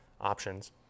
options